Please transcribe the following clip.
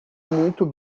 muito